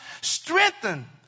strengthen